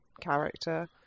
character